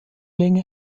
länge